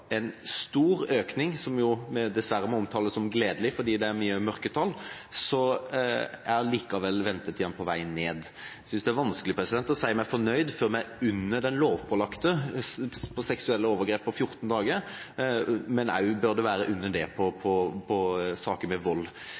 en stor økning i saker, som dessverre må omtales som gledelig fordi det er mye mørketall, er ventetida på vei ned. Jeg synes det er vanskelig å si meg fornøyd før vi er under den lovpålagte fristen når det gjelder seksuelle overgrep, på 14 dager, men det bør også være under det i saker med vold.